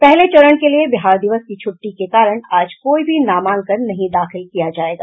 पहले चरण के लिए बिहार दिवस की छूट्टी के कारण आज कोई भी नामांकन नहीं दाखिल किया जायेगा